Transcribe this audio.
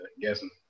guessing